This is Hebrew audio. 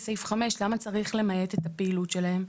סעיף (5) למה צריך למעט את הפעילות שלהם?